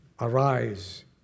Arise